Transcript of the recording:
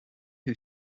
who